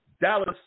Dallas